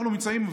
אנחנו נמצאים,